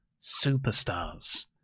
superstars